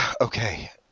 okay